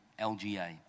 LGA